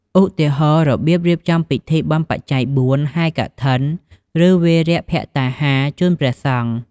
ឧទាហរណ៍ របៀបរៀបចំពិធីបុណ្យបច្ច័យបួន ហែរកឋិន ឬវេរភត្តាហារជូនព្រះសង្ឈ។